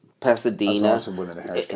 Pasadena